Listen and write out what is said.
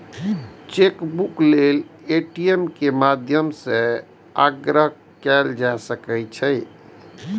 chequebook लेल ATM के माध्यम सं आग्रह कैल जा सकै छै